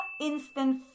instant